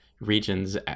regions